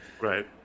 Right